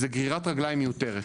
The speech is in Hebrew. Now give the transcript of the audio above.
זה גרירת רגליים מיותרת.